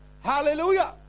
hallelujah